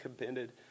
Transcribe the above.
committed